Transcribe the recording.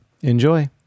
enjoy